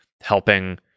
helping